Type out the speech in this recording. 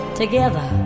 together